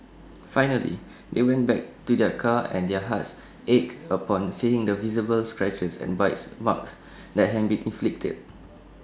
finally they went back to their car and their hearts ached upon seeing the visible scratches and bites marks that had been inflicted